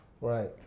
Right